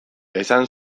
esan